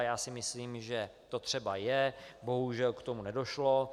Já si myslím, že to třeba je, bohužel k tomu nedošlo.